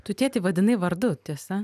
tu tėtį vadinai vardu tiesa